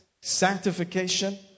sanctification